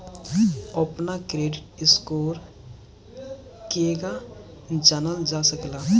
अपना credit score केगा जानल जा सकेला?